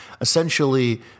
Essentially